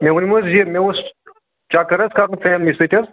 مےٚ ؤنِو حظ ریٹ مےٚ اوس چَکَر حظ کَرُن فیملی سۭتۍ حظ